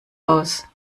aus